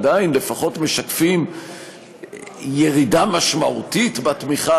עדיין לפחות משקפים ירידה משמעותית בתמיכה